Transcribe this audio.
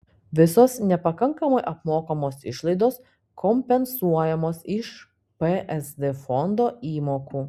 visos nepakankamai apmokamos išlaidos kompensuojamos iš psd fondo įmokų